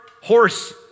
horse